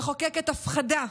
מחוקקת הפחדה.